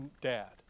dad